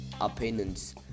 opinions